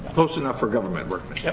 close enough for government work. but yeah